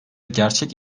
gerçek